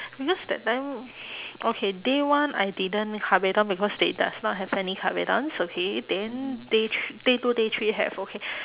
because that time okay day one I didn't kabedon because they does not have any kabedons okay then day thre~ day two day three have okay